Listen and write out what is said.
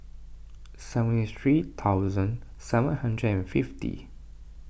seventy three thousand seven hundred and fifty